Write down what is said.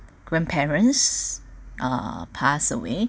grandparents uh passed away